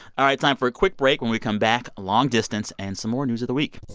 all right, time for a quick break. when we come back, long distance and some more news of the week